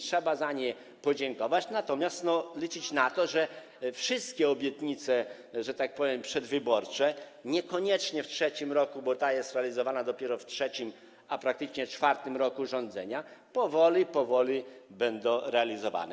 Trzeba za nie podziękować, natomiast liczyć na to, że wszystkie obietnice, że tak powiem, przedwyborcze, niekoniecznie w trzecim roku, bo ta jest sfinalizowana dopiero w trzecim, a praktycznie w czwartym roku rządzenia, powoli będą realizowane.